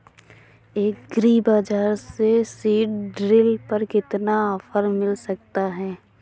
Agree बाजार से seed drill पर कितना ऑफर मिल सकता है?